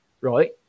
Right